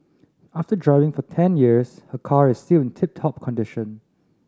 after driving for ten years her car is still tip top condition